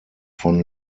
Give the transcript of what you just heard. von